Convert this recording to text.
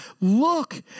Look